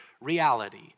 reality